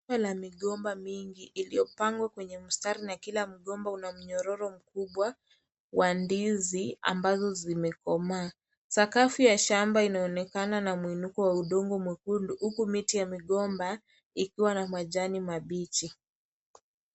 Shamba la migomba mingi iliyopangwa kwenye mistari na kila mgomba una mnyororo mkubwa wa ndizi ambazo zimekomaa. Sakafu ya shamba inaonekana na muinuko wa udongo mwekundu huku miti ya migomba ikiwa na majani mabichi.